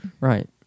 right